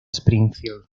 springfield